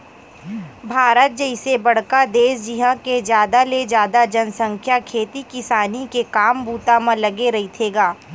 भारत जइसे बड़का देस जिहाँ के जादा ले जादा जनसंख्या खेती किसानी के काम बूता म लगे रहिथे गा